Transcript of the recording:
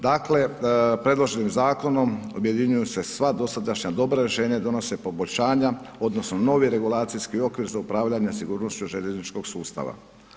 Dakle, predloženim zakonom objedinjuju se sva dosadašnja dobra rješenja i donose poboljšanja odnosno novi regulacijski okvir za upravljanje sigurnošću željezničkog sustava.